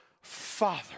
Father